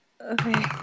Okay